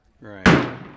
Right